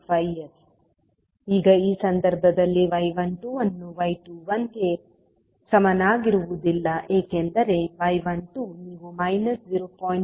25S ಈಗ ಈ ಸಂದರ್ಭದಲ್ಲಿ y 12 ಅನ್ನು y 21 ಕ್ಕೆ ಸಮನಾಗಿರುವುದಿಲ್ಲ ಏಕೆಂದರೆ y 12 ನೀವು ಮೈನಸ್ 0